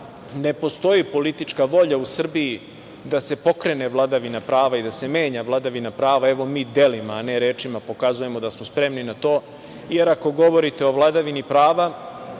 ne postoji politička volja u Srbiji da se pokrene vladavina prava i da se menja vladavina prava, evo, mi delima, a ne rečima pokazujemo da smo spremni na to. Ako govorite o vladavini prava,